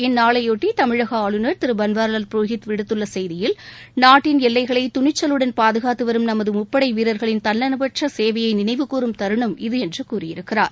இந்நாளையொட்டி தமிழக ஆளுநர் திரு பன்வாரிலால் புரோஹித் விடுத்துள்ள செய்தியில் நாட்டின் எல்லைகளை துணிச்சலுடன் பாதுகாத்து வரும் நமது முப்படை வீரர்களின் தன்னலமற்ற சேவையை நினைவுகூறும் தருணம் இது என்று கூறியிருக்கிறார்